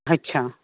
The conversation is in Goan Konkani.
अच्छा